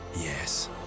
yes